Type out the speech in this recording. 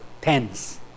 tens